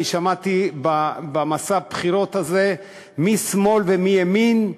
אני שמעתי במסע הבחירות הזה משמאל ומימין,